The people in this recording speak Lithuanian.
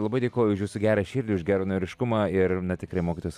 labai dėkoju už jūsų gerą širdį už geranoriškumą ir na tikrai mokytojas